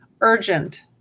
urgent